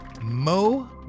Mo